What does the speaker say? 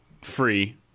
free